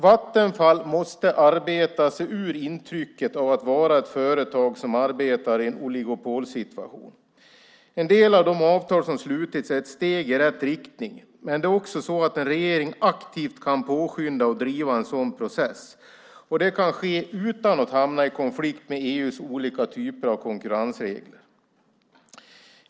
Vattenfall måste arbeta sig ur intrycket av att vara ett företag som arbetar i en oligopolsituation. En del av de avtal som slutits är ett steg i rätt riktning, men det är också så att en regering aktivt kan påskynda och driva en sådan process. Det kan ske utan att hamna i konflikt med EU:s olika typer av konkurrensregler.